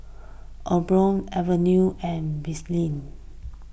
Omron Avene and Betadine